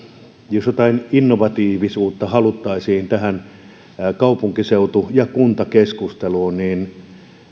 jos jotain innovatiivisuutta haluttaisiin tähän kaupunkiseutu ja kuntakeskusteluun niin